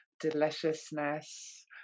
deliciousness